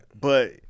But-